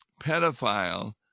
pedophile